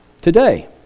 Today